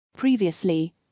Previously